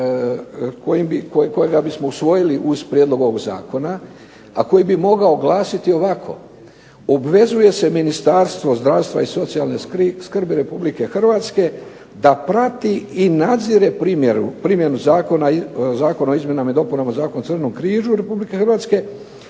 kojega bismo usvojili uz prijedlog ovog zakona, a koji bi mogao glasiti ovako: Obvezuje se Ministarstvo zdravstva i socijalne skrbi Republike Hrvatske da prati i nadzire primjenu Zakona o izmjenama i dopunama Zakona o Crvenom križu Republike Hrvatske